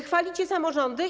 Chwalicie samorządy?